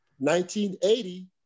1980